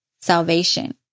salvation